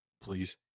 Please